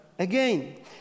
Again